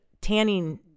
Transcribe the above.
tanning